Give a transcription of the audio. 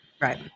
right